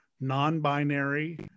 non-binary